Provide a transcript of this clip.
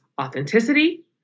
authenticity